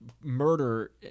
murder